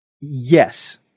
Yes